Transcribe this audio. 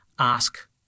Ask